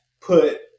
put